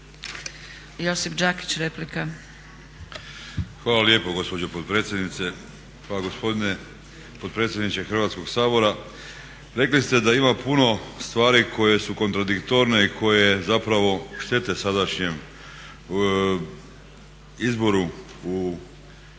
Josip (HDZ)** Hvala lijepo gospođo potpredsjednice. Pa gospodine potpredsjedniče Hrvatskog sabora, rekli ste da ima puno stvari koje su kontradiktorne i koje zapravo štete sadašnjem izboru u MUP-u, pa tako